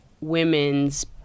women's